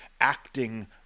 acting